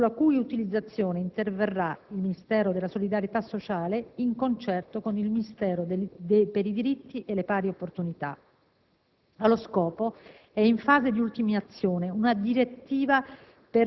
sulla cui utilizzazione interverrà il Ministro della solidarietà sociale di concerto con il Ministro per i diritti e le pari opportunità. Allo scopo è in fase di ultimazione una direttiva